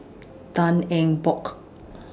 Tan Eng Bock